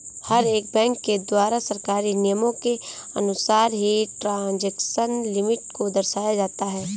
हर एक बैंक के द्वारा सरकारी नियमों के अनुसार ही ट्रांजेक्शन लिमिट को दर्शाया जाता है